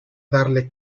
darle